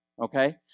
Okay